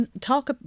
talk